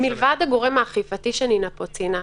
מלבד גורמי האכיפה שנינא ציינה,